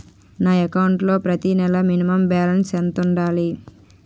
నా అకౌంట్ లో ప్రతి నెల మినిమం బాలన్స్ ఎంత ఉండాలి?